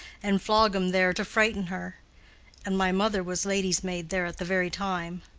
and flog em there to frighten her and my mother was lady's-maid there at the very time.